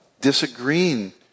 disagreeing